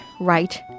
right